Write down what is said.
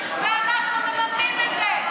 ואנחנו מממנים את זה.